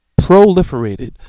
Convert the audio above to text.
proliferated